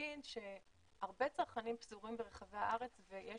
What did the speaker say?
ואגיד שהרבה צרכנים פזורים ברחבי הארץ ויש